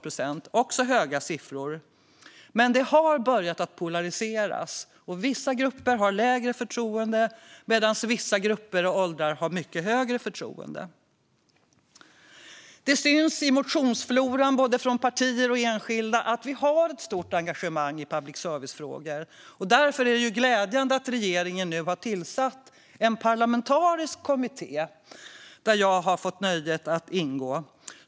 Det är också höga siffror, men det har börjat polariseras. Vissa grupper har lägre förtroende medan vissa grupper och åldrar har mycket högre förtroende. Det syns i motionsfloran från både partier och enskilda att vi har ett stort engagemang i public service-frågor. Därför är det glädjande att regeringen nu har tillsatt en parlamentarisk kommitté, där jag har fått nöjet att ingå.